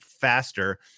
faster